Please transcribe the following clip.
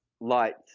lights